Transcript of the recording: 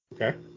okay